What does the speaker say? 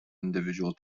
individual